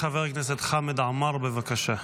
חבר הכנסת חמד עמאר, בבקשה.